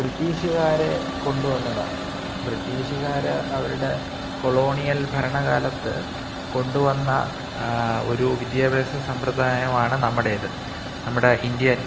ബ്രിട്ടീഷുകാര് കൊണ്ടുവന്നതാണ് ബ്രിട്ടീഷുകാര് അവരുടെ കൊളോണിയൽ ഭരണകാലത്ത് കൊണ്ടുവന്ന ഒരു വിദ്യാഭ്യാസ സമ്പ്രദായമാണ് നമ്മുടേത് നമ്മുടെ ഇന്ത്യൻ